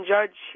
Judge